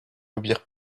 ober